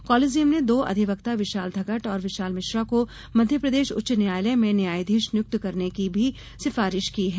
Colosseum ने दो अधिवक्ता विशाल धगट और विशाल मिश्रा को मध्यप्रदेश उच्च न्यायालय में न्यायाधीश नियुक्त करने की सिफारिश भी की है